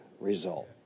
result